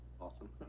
Awesome